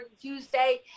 Tuesday